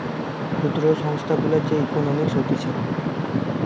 ক্ষুদ্র সংস্থা গুলার যে ইকোনোমিক্স হতিছে